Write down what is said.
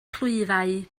clwyfau